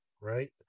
right